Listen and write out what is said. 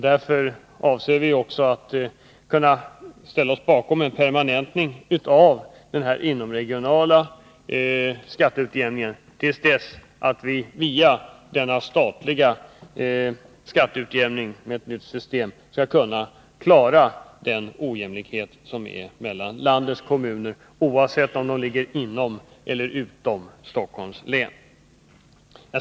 Därför avser vi också att biträda förslaget om en permanentning av denna inomregionala skatteutjämning till dess att vi via en statlig skatteutjämning med ett nytt system kan komma till rätta med den ojämlikhet som råder mellan landets kommuner, oavsett om de ligger inom eller utanför Stockholms län.